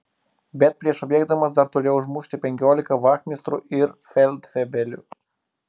bet prieš pabėgdamas dar turėjau užmušti penkiolika vachmistrų ir feldfebelių